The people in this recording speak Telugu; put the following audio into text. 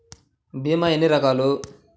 భీమ ఎన్ని రకాలు?